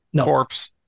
corpse